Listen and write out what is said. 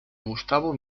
gustavo